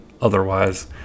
otherwise